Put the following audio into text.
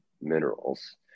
minerals